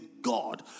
God